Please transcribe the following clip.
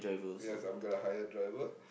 yes I'm gonna hire a driver